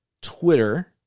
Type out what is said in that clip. Twitter